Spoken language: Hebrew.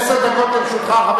עשר דקות לרשותך,